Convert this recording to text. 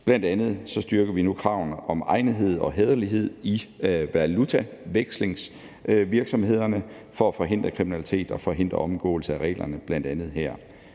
Bl.a. styrker vi nu kravene om egnethed og hæderlighed i valutavekslingsvirksomhederne for at forhindre kriminalitet og forhindre omgåelse af reglerne.